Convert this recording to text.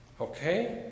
Okay